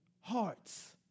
hearts